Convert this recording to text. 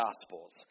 Gospels